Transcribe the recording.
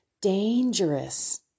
dangerous